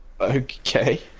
Okay